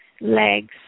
legs